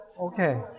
Okay